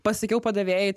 pasakiau padavėjai